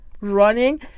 running